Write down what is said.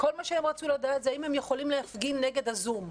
כל מה שהם רצו לדעת זה האם הם יכולים להפגין נגד הזום.